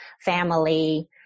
Family